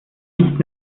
nicht